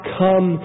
come